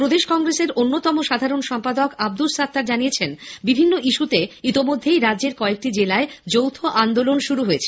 প্রদেশ কংগ্রেসের অন্যতম সাধারণ সম্পাদক আব্দুস সাত্তার জানিয়েছেন বিভিন্ন ইস্যুতে ইতমধ্যেই রাজ্যের কয়েকটি জেলায় যৌথ আন্দোলন শুরু হয়েছে